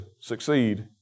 succeed